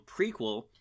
prequel